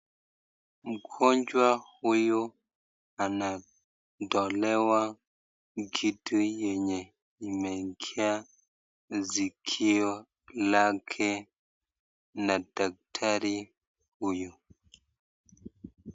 Mgonjwa huyu anatolewa kitu yenye imeingia sikio lake na daktari huyu.